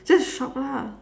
just shop lah